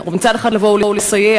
מצד אחד לסייע,